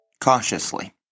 Cautiously